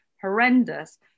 horrendous